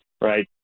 right